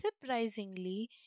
Surprisingly